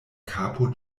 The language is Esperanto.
kapo